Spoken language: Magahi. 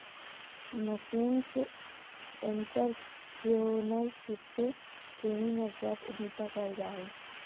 नसेंट एंटरप्रेन्योरशिप के ही नवजात उद्यमिता कहल जा हय